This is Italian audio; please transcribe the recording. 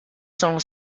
sono